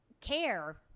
care